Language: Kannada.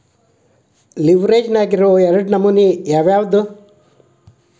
ಲಿವ್ರೆಜ್ ನ್ಯಾಗಿರೊ ಎರಡ್ ನಮನಿ ಯಾವ್ಯಾವ್ದ್?